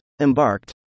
embarked